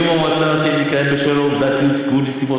הדיון במועצה הארצית התקיים בשל העובדה שהוצגו נסיבות